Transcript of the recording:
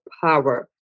power